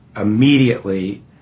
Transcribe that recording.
immediately